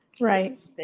Right